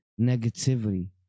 negativity